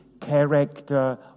character